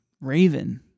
Raven